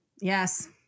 yes